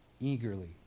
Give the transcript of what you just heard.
eagerly